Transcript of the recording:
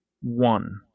one